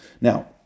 now